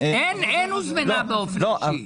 אין הוזמנה באופן אישי.